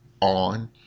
on